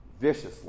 viciously